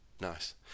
Nice